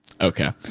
Okay